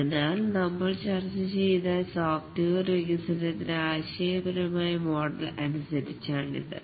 അതിനാൽ നമ്മൾ ചർച്ച ചെയ്ത സോഫ്റ്റ്വെയർ വികസനത്തിന് ആശയപരമായ മോഡൽ അനുസരിച്ചണിത്